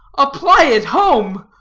apply it home,